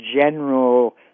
general